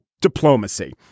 diplomacy